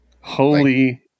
holy